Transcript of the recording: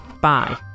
Bye